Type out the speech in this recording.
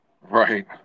Right